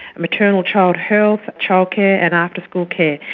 maternal child health, child care and after-school care.